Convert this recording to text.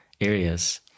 areas